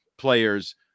players